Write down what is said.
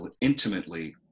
intimately